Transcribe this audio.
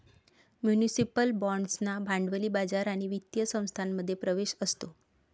municipal बाँड्सना भांडवली बाजार आणि वित्तीय संस्थांमध्ये प्रवेश असतो